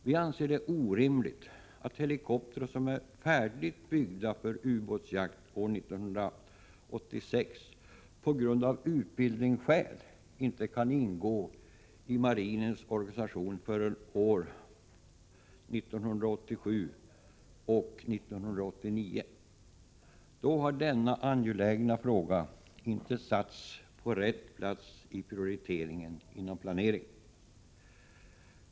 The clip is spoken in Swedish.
Vi anser att det är orimligt att helikoptrar som är färdigbyggda för ubåtsjakt år 1986 av utbildningsskäl inte kan ingå i marinens organisation förrän åren 1987 och 1989. Då har denna angelägna fråga inte satts på rätt plats i prioriteringen inom planeringen.